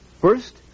First